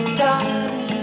die